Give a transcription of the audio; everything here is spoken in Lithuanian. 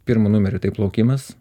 pirmu numeriu tai plaukimas